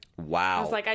Wow